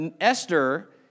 Esther